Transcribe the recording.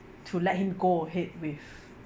to let him go ahead with